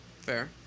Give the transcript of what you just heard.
fair